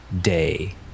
day